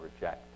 reject